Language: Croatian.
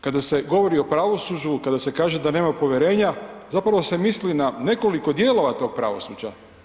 Kada se govori o pravosuđu, kada se kaže da nema povjerenja zapravo se misli na nekoliko dijelova tog pravosuđa.